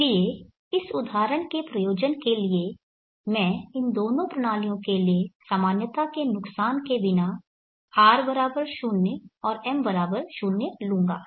इसलिए इस उदाहरण के प्रयोजन के लिए मैं इन दोनों प्रणालियों के लिए सामान्यता के नुकसान के बिना R 0 और M 0 लूंगा